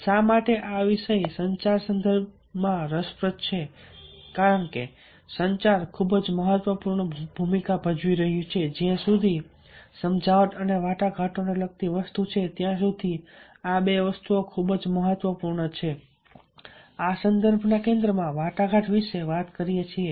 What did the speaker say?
શા માટે આ વિષય સંચારના સંદર્ભમાં રસપ્રદ છે કારણ કે સંચાર ખૂબ જ મહત્વપૂર્ણ ભૂમિકા ભજવી રહ્યું છે જ્યાં સુધી સમજાવટ અને વાટાઘાટો ને લગતી વસ્તુ છે ત્યાં સુધી આ 2 વસ્તુઓ ખૂબ જ મહત્વપૂર્ણ છે આ સંદર્ભ ના કેન્દ્રમાં વાટાઘાટ વિશે વાત કરીએ છીએ